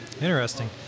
Interesting